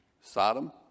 Sodom